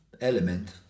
element